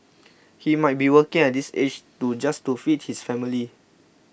he might be working at this age too just to feed his family